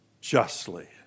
justly